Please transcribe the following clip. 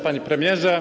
Panie Premierze!